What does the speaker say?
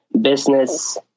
business